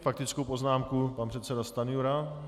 Faktickou poznámku pan předseda Stanjura.